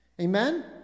Amen